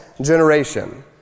generation